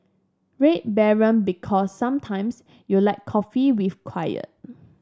Red Baron Because sometimes you like coffee with quiet